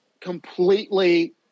completely